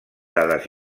dades